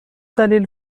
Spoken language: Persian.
دلیل